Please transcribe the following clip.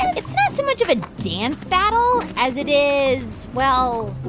it's not so much of a dance battle as it is, well,